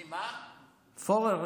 פורר.